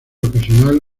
ocasional